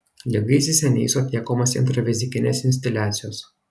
ligai įsisenėjus atliekamos intravezikinės instiliacijos